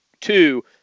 Two